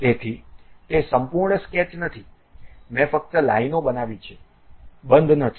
તેથી તે સંપૂર્ણ સ્કેચ નથી મેં ફક્ત લાઇનો બનાવી છે બંધ નથી